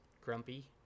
Grumpy